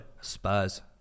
Spurs